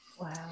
wow